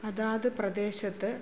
അതാത് പ്രദേശത്ത്